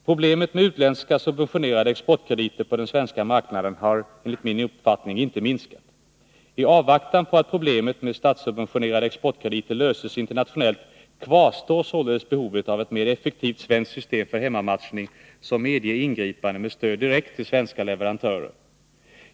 Problemet med utländskt subventionerade exportkrediter på den svenska marknaden har enligt min uppfattning inte minskat. I avvaktan på att problemet med statssubventionerade exportkrediter löses internationellt kvarstår således behovet av ett mer effektivt svenskt system för hemma matchning som medger ingripande med stöd direkt till svenska leverantörer.